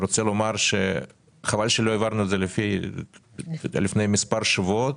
חבל שלא העברנו את זה לפני מספר שבועות.